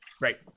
Great